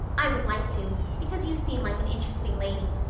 i would like to, because you seem like an interesting lady,